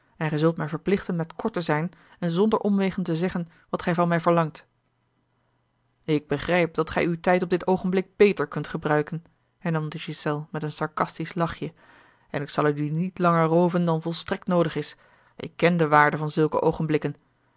en gij zult mij verplichten met kort te zijn en zonder omwegen te zeggen wat gij van mij verlangt a l g bosboom-toussaint de delftsche wonderdokter eel k begrijp dat gij uw tijd op dit oogenblik beter kunt gebruiken hernam de ghiselles met een sarcastisch lachje en ik zal u dien niet langer rooven dan volstrekt noodig is ik ken de waarde van zulke